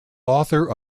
author